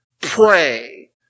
pray